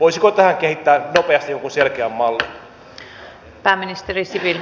voisiko tähän kehittää nopeasti jonkun selkeän mallin